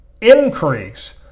increase